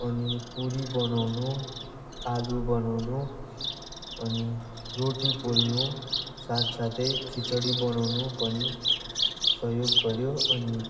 अनि पुरी बनाउनु आलु बनाउनु अनि रोटी पोल्नु साथ साथै खिचडी बनाउनु पनि सहयोग गऱ्यो अनि